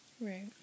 right